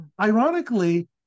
Ironically